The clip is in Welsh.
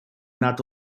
nad